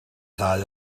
ddau